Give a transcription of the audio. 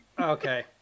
okay